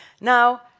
Now